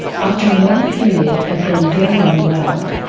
after a long period of being very unwell,